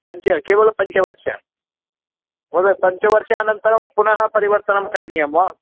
पञ्च केवलं पञ्चवर्षं महोदय पञ्चवर्षानन्तरं पुनः परिवर्तनं करणीयं वा